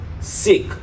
sick